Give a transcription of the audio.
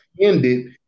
ended